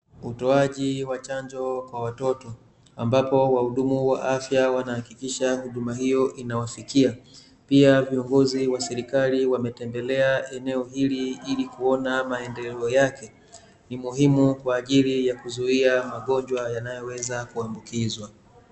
Utoaji wa chanjo kwa watoto, ambapo wahudumu wa afya wanahakikisha huduma hio inawafikia. Pia viongozi wa serikali wametembelea eneo hili, ili kuona maendeleo yake. Ni muhimu kwaajili ya kuzuia magonjwa, yanayoweza kuambukizwa.